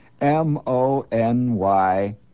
M-O-N-Y